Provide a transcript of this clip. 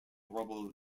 rubble